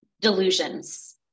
delusions